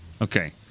Okay